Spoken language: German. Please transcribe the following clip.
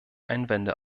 einwände